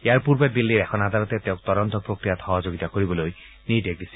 ইয়াৰ পূৰ্বে দিল্লীৰ এখন আদালতে তেওঁক তদন্ত প্ৰক্ৰিয়াত সহযোগিতা কৰিবলৈ নিৰ্দেশ দিছিল